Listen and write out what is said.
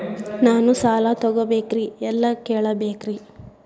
ನಾನು ಸಾಲ ತೊಗೋಬೇಕ್ರಿ ಎಲ್ಲ ಕೇಳಬೇಕ್ರಿ?